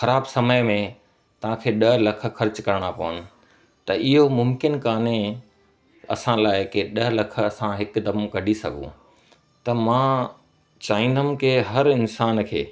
ख़राबु समय में तव्हांखे ॾह लख ख़र्चु करिणा पवनि त इहो मुमकिन कान्हे असां लाइ की ॾह लख असां हिकदमि कढी सघूं त मां चाहींदमि की हरु इंसान खे